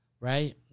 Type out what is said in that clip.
Right